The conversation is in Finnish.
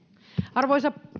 arvoisa